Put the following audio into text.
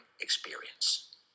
experience